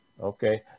Okay